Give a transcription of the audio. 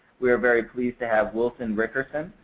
we are very pleased to have wilson rickerson,